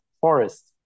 forest